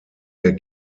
der